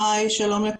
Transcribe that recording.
שלום לכולם.